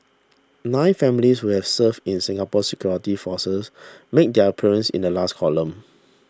nine families who have served in Singapore's security forces made their appearance in the last column